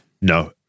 No